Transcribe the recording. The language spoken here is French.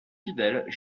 fidèle